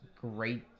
great